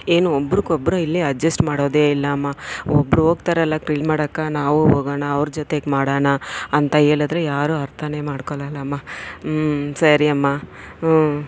ಏನು ಒಬ್ರಿಗೊಬ್ರು ಇಲ್ಲಿ ಅಜ್ಜಸ್ಟ್ ಮಾಡೋದೆ ಇಲ್ಲಮ್ಮ ಒಬ್ರು ಹೋಗ್ತಾರಲ್ಲ ಕ್ಲೀನ್ ಮಾಡೋಕೆ ನಾವೂ ಹೋಗೋಣ ಅವ್ರ ಜೊತೆಗೆ ಮಾಡೋಣ ಅಂತ ಹೇಳಿದ್ರೆ ಯಾರೂ ಅರ್ಥವೇ ಮಾಡ್ಕೊಳ್ಳೋಲ್ಲಮ್ಮ ಸರಿ ಅಮ್ಮ